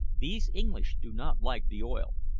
these english do not like the oil.